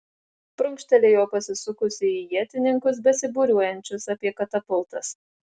prunkštelėjo pasisukusi į ietininkus besibūriuojančius apie katapultas